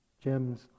gems